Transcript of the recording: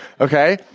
Okay